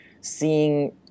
seeing